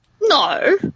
No